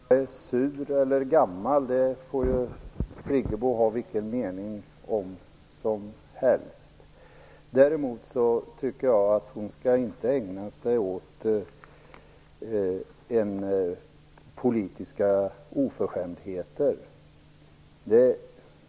Herr talman! Om jag är sur eller gammal får Friggebo ha vilken mening som helst om. Däremot tycker jag inte att hon skall ägna sig åt politiska oförskämdheter.